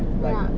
ya